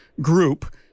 group